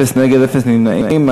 אפס נגד, אפס נמנעים.